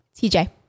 TJ